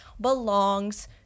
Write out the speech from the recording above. belongs